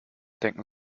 denken